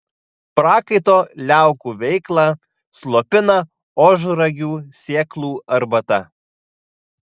prakaito liaukų veiklą slopina ožragių sėklų arbata